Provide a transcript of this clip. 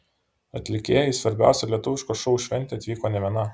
atlikėja į svarbiausią lietuviško šou šventę atvyko ne viena